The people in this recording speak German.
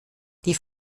die